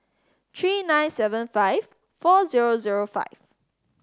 three nine seven five four zero zero five